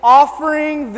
offering